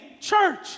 church